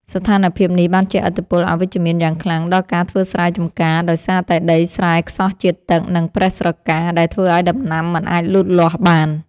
ស្ថានភាពនេះបានជះឥទ្ធិពលអវិជ្ជមានយ៉ាងខ្លាំងដល់ការធ្វើស្រែចម្ការ ដោយសារតែដីស្រែខ្សោះជាតិទឹក និងប្រេះស្រកា ដែលធ្វើឱ្យដំណាំមិនអាចលូតលាស់បាន។